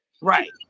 Right